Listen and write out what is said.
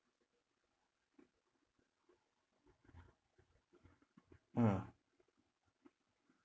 ah